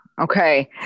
Okay